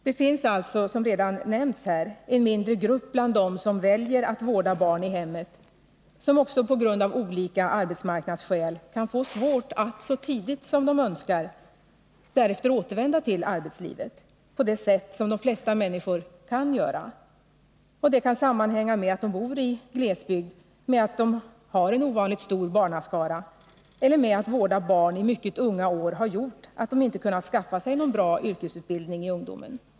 Det finns alltså som redan nämnts en mindre grupp bland dem som väljer att vårda barn i hemmet, som också på grund av olika arbetsmarknadsskäl kan få svårt att så tidigt som de önskar därefter återvända till arbetslivet på ett sätt som de flesta människor kan göra. Detta kan sammanhänga med att de bor i glesbygd, med att de har en ovanligt stor barnaskara eller med att det förhållandet att de vårdat barn i mycket unga år har gjort att de inte kunnat skaffa sig någon bra yrkesutbildning i ungdomen.